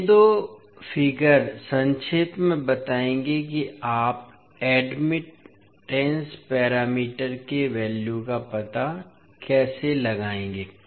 ये दो आंकड़े संक्षेप में बताएंगे कि आप एडमिट पैरामीटर के वैल्यू का पता कैसे लगाएंगे